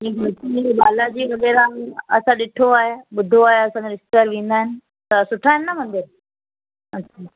जी जी हीअं बालाजी वग़ैरह आहिनि असां ॾिठो आहे ॿुधो आहे असांजा रिश्तेदार वेंदा आहिनि त सुठा आहिनि न मदिर अच्छा